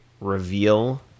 reveal